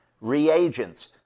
Reagents